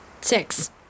Six